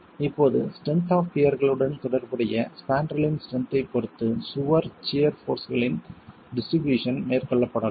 இப்போது strength of பியர்களுடன் தொடர்புடைய ஸ்பான்ரலின் ஸ்ட்ரென்த் ஐப் பொறுத்து சுவரில் சியர் போர்ஸ்களின் டிஸ்ட்ரிபியூஷன் மேற்கொள்ளப்படலாம்